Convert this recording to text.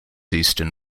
eastern